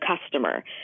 customer